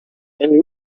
and